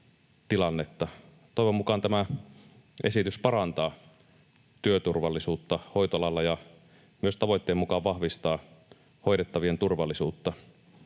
Toivon mukaan tämä esitys parantaa työturvallisuutta hoitoalalla ja myös tavoitteen mukaan vahvistaa hoidettavien turvallisuutta.